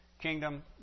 kingdom